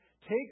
Take